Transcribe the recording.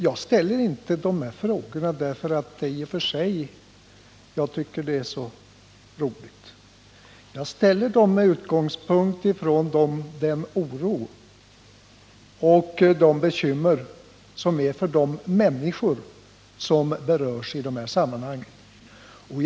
Jag ställer inte dessa frågor därför att jag tycker att det är särskilt roligt utan med utgång från den oro och de bekymmer som de människor som berörs i dessa sammanhang känner.